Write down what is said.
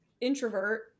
introvert